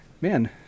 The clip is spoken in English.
man